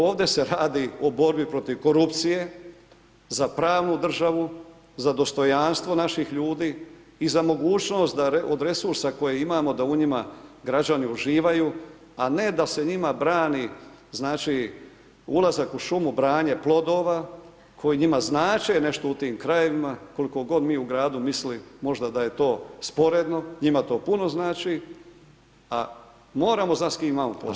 Ovde se radi o borbi protiv korupcije, za pravnu državu za dostojanstvo naših ljudi i za mogućnost da od resursa koje imamo da u njima građani uživaju, a ne da se njima brani znači ulazak u šumu, branje plodova koji njima znače nešto u tim krajevima, koliko god mi u gradu mislili možda da je to sporedno, njima to puno znači, a moramo znat s kim imamo posla, o tome se radi.